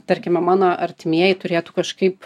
tarkime mano artimieji turėtų kažkaip